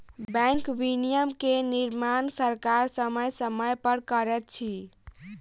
bank विनियमन के निर्माण सरकार समय समय पर करैत अछि